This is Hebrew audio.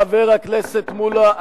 חבר הכנסת מולה,